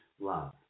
love